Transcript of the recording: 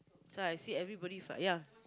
so I see everybody f~ ya